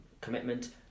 commitment